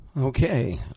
Okay